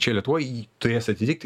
čia lietuvoj jį turės atitikti